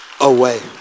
away